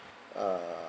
uh